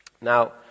Now